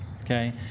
Okay